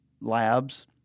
Labs